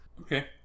Okay